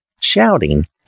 shouting